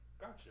gotcha